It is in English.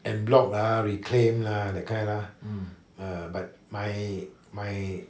en bloc ah reclaim lah that kind lah ah but my my